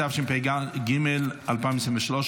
התשפ"ג 2023,